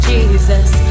Jesus